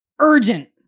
urgent